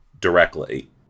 directly